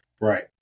Right